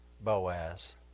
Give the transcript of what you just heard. Boaz